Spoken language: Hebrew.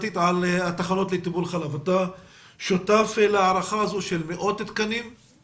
אתה שותף להערכה הזו של מאות תקנים לתחנות טיפות החלב?